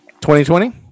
2020